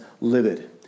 livid